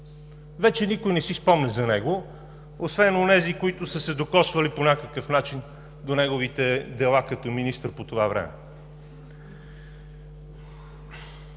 Вече никой не си спомня за него, освен онези, които са се докосвали по някакъв начин до неговите дела като министър по това време.